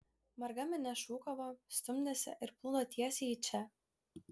marga minia šūkavo stumdėsi ir plūdo tiesiai į čia